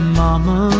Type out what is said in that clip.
mama